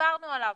שדיברנו עליו,